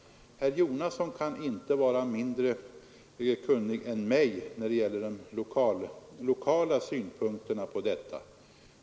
Herr Jonasson kan inte vara mindre kunnig än jag när det gäller de lokala synpunkterna på detta.